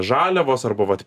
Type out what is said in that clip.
žaliavos arba vat